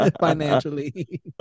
financially